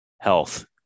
health